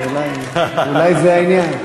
אולי זה העניין.